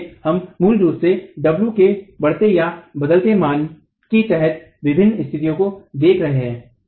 इसलिए हम मूल रूप से w के बढ़ते या बदलते मान के तहत विभिन्न स्थितियों को देख रहे हैं